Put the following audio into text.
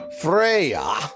Freya